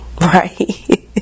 right